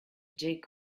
dig